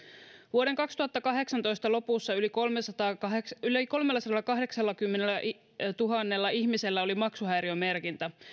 vuoden kaksituhattakahdeksantoista lopussa yli kolmellasadallakahdeksallakymmenellätuhannella ihmisellä oli maksuhäiriömerkintä